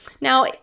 Now